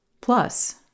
Plus